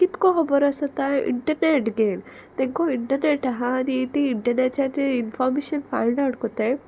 कितको खोबोर आसा तो इंटरनेट गेम तेंकां इंटरनेट आहा आनी ती इंटरनेटाचें इनफोर्मेशन फायंड आवट कोत्ताय